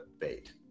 bait